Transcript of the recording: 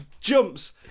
jumps